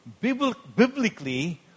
biblically